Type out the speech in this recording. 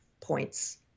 points